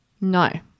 No